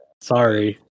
Sorry